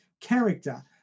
character